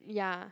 ya